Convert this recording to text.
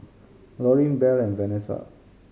Laureen Bell and Vanesa